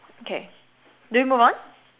okay do we move on